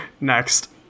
Next